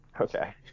Okay